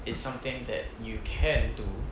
is something that you can do